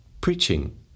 Preaching